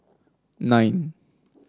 nine